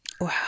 Wow